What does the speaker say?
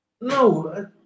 No